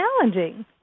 challenging